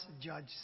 judge